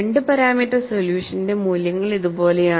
2 parameter സൊല്യൂഷന്റെ മൂല്യങ്ങൾ ഇതുപോലെയാണ്